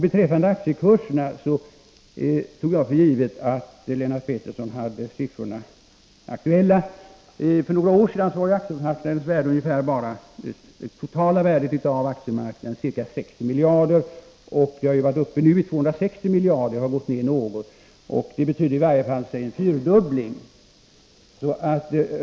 Beträffande aktiekurserna tog jag för givet att Lennart Pettersson hade siffrorna aktuella. För några år sedan var aktiemarknadens totala värde bara ca 60 miljarder. Det har nu varit uppe i 260 miljarder men har gått ner något. Det betyder i varje fall en fyrdubbling.